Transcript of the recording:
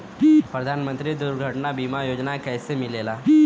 प्रधानमंत्री दुर्घटना बीमा योजना कैसे मिलेला?